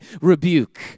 rebuke